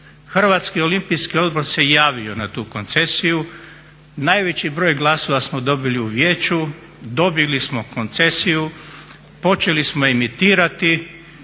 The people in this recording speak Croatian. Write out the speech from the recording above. koncesiju, HOO se javio na tu koncesiju. Najveći broj glasova dobili smo u vijeću, dobili smo koncesiju, počeli smo emitirati,